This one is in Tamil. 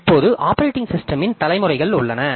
இப்போது ஆப்பரேட்டிங் சிஸ்டமின் தலைமுறைகள் உள்ளன